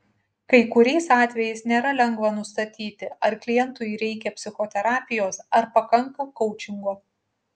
kai kuriais atvejais nėra lengva nustatyti ar klientui reikia psichoterapijos ar pakanka koučingo